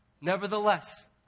Nevertheless